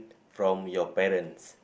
from your parents